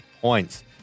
points